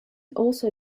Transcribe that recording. also